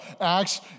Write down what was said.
Acts